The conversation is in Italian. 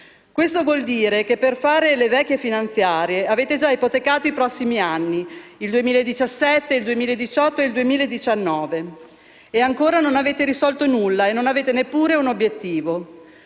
Questo vuol dire che, per fare le vecchie finanziarie, avete già ipotecato i prossimi anni, il 2017, il 2018 e il 2019, e ancora non avete risolto nulla e non avete neppure un obiettivo.